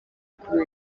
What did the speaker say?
kuri